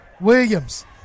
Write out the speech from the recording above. Williams